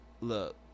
look